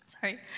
Sorry